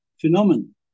phenomenon